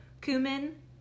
cumin